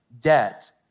debt